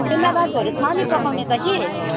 पेम्बा दाजुहरू छ नि पकाउने त कि